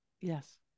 yes